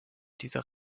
dieser